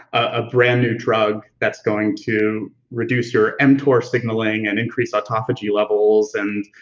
a brand-new drug that's going to reduce your mtor signaling and increase autophagy levels and